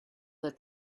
that